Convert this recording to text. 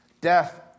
Death